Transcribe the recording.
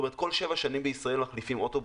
כל שבע שנים בישראל מחליפים אוטובוס.